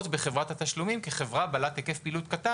בחברת התשלומים כחברה בעלת היקף פעילות קטן,